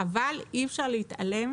אבל אי אפשר להתעלם